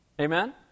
Amen